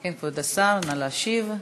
כבוד השר, נא להשיב.